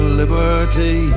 liberty